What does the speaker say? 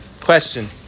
Question